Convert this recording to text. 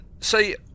see